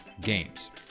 games